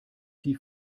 die